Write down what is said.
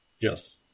yes